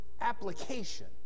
application